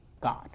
God